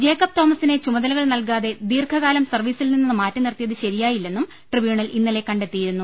Jacob തോമസിനെ ചുമതലകൾ നൽകാതെ ദീർഘകാലം സർവീസിൽ നിന്ന് മാറ്റി നിർത്തിയത് ശരിയായി ല്ലെന്നും ട്രിബ്യൂണൽ ഇന്നലെ കണ്ടെത്തിയിരുന്നു